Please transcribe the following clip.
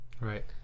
right